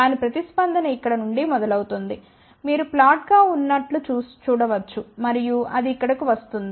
దాని ప్రతిస్పందన ఇక్కడ నుండి మొదలవుతోంది మీరు ఫ్లాట్ గా ఉన్నట్లు చూడవచ్చు మరియు అది ఇక్కడకు వస్తోంది